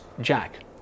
Jack